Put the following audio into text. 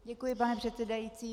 Děkuji, pane předsedající.